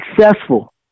successful